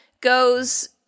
goes